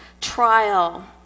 trial